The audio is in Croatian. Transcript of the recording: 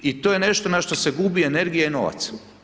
I to je nešto na što se gubi energija i novac.